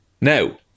Now